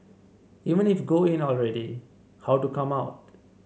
even if go in already how to come out